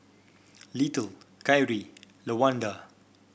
Little Kyrie Lawanda